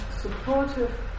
supportive